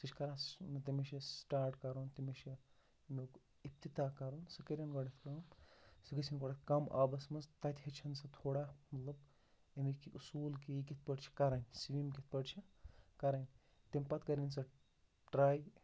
سُہ چھِ کَران تٔمِس چھِ سٹاٹ کَرُن تٔمِس چھِ اَمیُٚک ابتدا کَرُن سُہ کٔرِنۍ گۄڈٕنٮ۪تھ کٲم سُہ گٔژھِنۍ گۄڈٕ کَم آبَس منٛز تَتہِ ہیٚچھِنۍ سُہ تھوڑا مطلب اَمِکۍ اَصوٗل کہِ یہِ کِتھ پٲٹھۍ چھِ کَرٕنۍ سِوِم کِتھ پٲٹھۍ چھِ کَرٕنۍ تمہِ پَتہٕ کٔرِنۍ سُہ ٹرٛاے